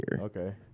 Okay